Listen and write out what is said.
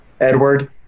Edward